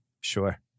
Sure